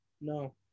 No